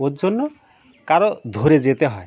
ওর জন্য কারও ধরে যেতে হয়